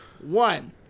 One